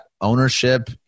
ownership